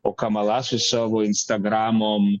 o kamala su savo instagramom